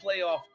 playoff